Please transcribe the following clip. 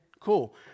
cool